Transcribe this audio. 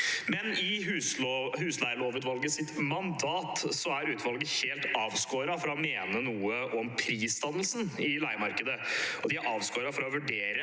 I husleielovutvalgets mandat er utvalget helt avskåret fra å mene noe om prisdannelsen i leiemarkedet, og de er avskåret fra å vurdere